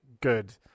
good